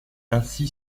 ainsi